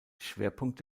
schwerpunkt